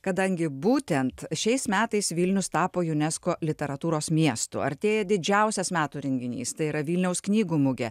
kadangi būtent šiais metais vilnius tapo junesko literatūros miestu artėja didžiausias metų renginys tai yra vilniaus knygų mugė